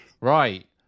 Right